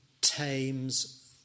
tames